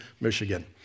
Michigan